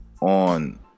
on